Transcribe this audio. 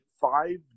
five